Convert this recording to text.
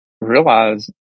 realize